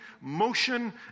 motion